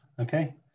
okay